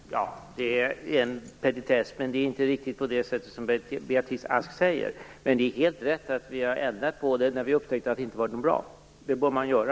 Fru talman! Det är en petitess, men det är inte riktigt på det sättet som Beatrice Ask säger. Det är i alla fall helt rätt att vi har ändrat på det här när vi upptäckte att det inte var bra. Det bör man göra.